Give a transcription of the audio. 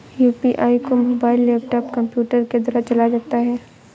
UPI को mobile laptop computer के द्वारा चलाया जाता है